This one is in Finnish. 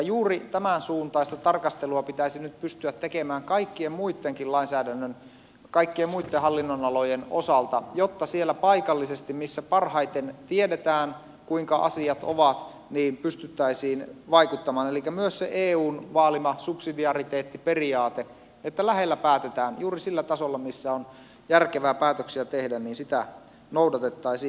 juuri tämänsuuntaista tarkastelua pitäisi nyt pystyä tekemään kaikkien muittenkin hallinnonalojen osalta jotta siellä paikallisesti missä parhaiten tiedetään kuinka asiat ovat pystyttäisiin vaikuttamaan elikkä myös sitä eun vaalimaa subsidiariteettiperiaatetta että lähellä päätetään juuri sillä tasolla millä on järkevää päätöksiä tehdä noudatettaisiin